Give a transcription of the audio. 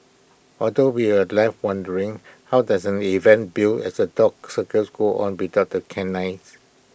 although we're left wondering how does an event billed as A dog circus go on without the canines